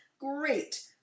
Great